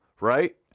right